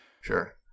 Sure